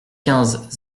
quinze